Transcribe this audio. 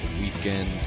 Weekend